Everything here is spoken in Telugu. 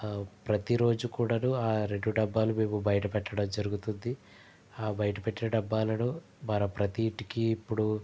ప్రతీ రోజూ కూడాను ఆ రెండు డబ్బాలు మేము బయట పెట్టడం జరుగుతుంది బయట పెట్టిన డబ్బాలను మన ప్రతీ ఇంటికి ఇప్పుడు